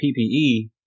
PPE